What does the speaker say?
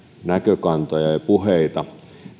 näkökantoja ja puheita